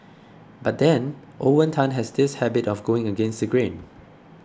but then Owen Tan has this habit of going against the grain